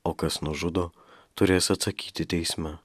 o kas nužudo turės atsakyti teisme